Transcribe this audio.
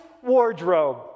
wardrobe